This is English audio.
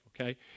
okay